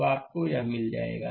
तो आपको यह मिल जाएगा